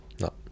No